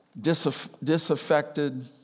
disaffected